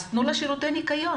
אז תנו להם שירותי ניקיון.